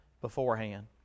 beforehand